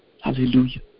Hallelujah